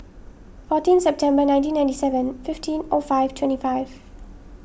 fourteen September nineteen ninety seven fifteen O five twenty five